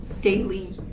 daily